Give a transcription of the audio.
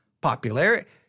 popularity